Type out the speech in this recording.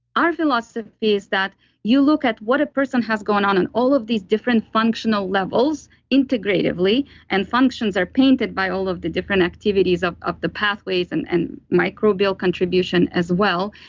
our philosophy is that you look at what a person has gone on and all of these different functional levels, integratively and functions are painted by all of the different activities of of the pathways and and microbial contribution as well.